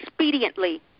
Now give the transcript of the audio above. expediently